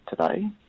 today